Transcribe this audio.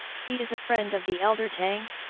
he is a friend of the elder tang?